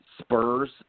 Spurs